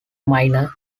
minor